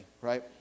right